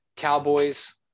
Cowboys